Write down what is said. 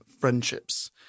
friendships